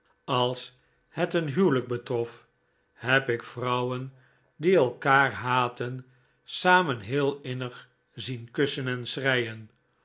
als het een huwelijk betrof heb ik vrouwen die elkaar haatten samen heel innig zien kussen en